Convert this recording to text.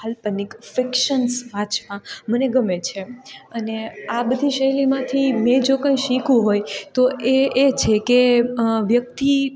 કાલ્પનિક ફિકશન્સ વાંચવાં મને ગમે છે અને આ બધી શૈલીમાથી મેં જો કઈ શીખ્યું હોય તો એ એ છે કે વ્યક્તિ